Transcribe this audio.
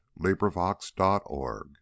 LibriVox.org